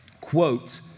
quote